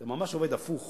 זה ממש עובד הפוך